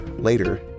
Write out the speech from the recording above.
Later